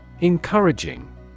Encouraging